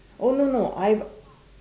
oh no no I've